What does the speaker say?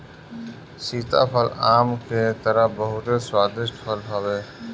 सीताफल आम के तरह बहुते स्वादिष्ट फल हवे